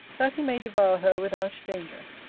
that he may devour her without danger.